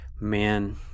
man